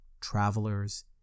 travelers